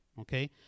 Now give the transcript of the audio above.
okay